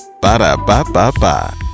ba-da-ba-ba-ba